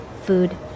food